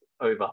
over